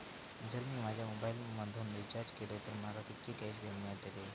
जर मी माझ्या मोबाईल मधन रिचार्ज केलय तर माका कितके कॅशबॅक मेळतले?